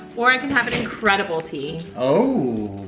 or i can have an incredible tea. oh,